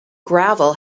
gravel